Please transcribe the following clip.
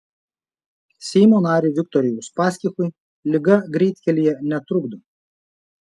seimo nariui viktorui uspaskichui liga greitkelyje netrukdo